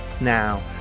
now